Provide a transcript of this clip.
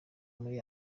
muri